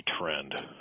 trend